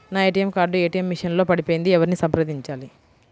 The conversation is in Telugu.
నా ఏ.టీ.ఎం కార్డు ఏ.టీ.ఎం మెషిన్ లో పడిపోయింది ఎవరిని సంప్రదించాలి?